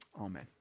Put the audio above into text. Amen